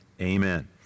Amen